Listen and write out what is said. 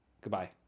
goodbye